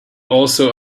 also